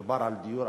כשדובר על דיור,